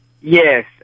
Yes